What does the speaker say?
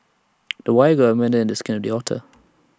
the wire got embedded in the skin of the otter